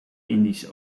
indische